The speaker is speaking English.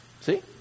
See